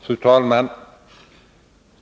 Fru talman!